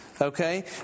okay